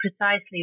precisely